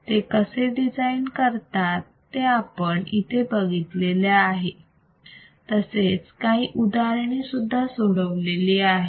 ते कसे डिझाईन करतात ते आपण इथे बघितलेले आहे तसेच काही उदाहरणे सुद्धा सोडवली आहेत